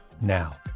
now